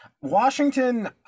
Washington